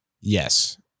Yes